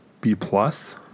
B-plus